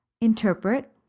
interpret